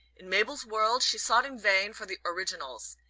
in mabel's world she sought in vain for the originals,